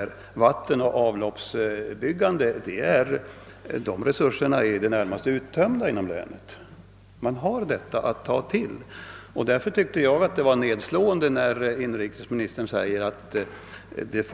För byggande av vattenoch avloppsanläggningar är resurserna inom länet i det närmaste uttömda. Det finns bara här nämnda arbeten att ta till. Därför tyckte jag det var nedslående när inrikesministern sade, att det